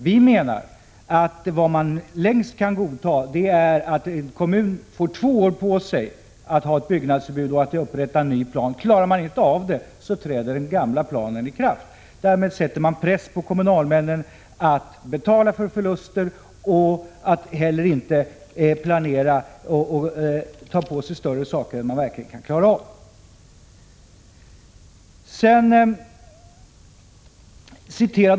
Vi säger att den längsta tid för byggnadsförbud som vi kan godta är att en kommun får två år på sig att ha ett byggnadsförbud och upprätta en ny plan. Klarar kommunen inte av det villkoret, träder den gamla planen i kraft. Därmed sätts en press på kommunalmännen att betala för förluster och att inte ta på sig större uppgifter än de verkligen kan klara av.